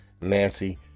Nancy